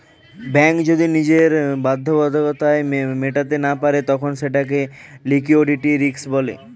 bank যদি নিজের বাধ্যবাধকতা মেটাতে না পারে তখন সেটাকে লিক্যুইডিটি রিস্ক বলে